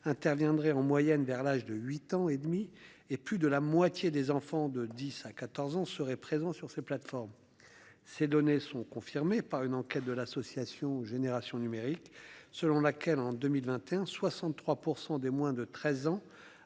interviendrait en moyenne vers l'âge de 8 ans et demi et plus de la moitié des enfants de 10 à 14 ans seraient présents sur ces plateformes. Ces données sont confirmées par une enquête de l'association Génération numérique selon laquelle en 2021 63 % des moins de 13 ans